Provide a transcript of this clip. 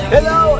Hello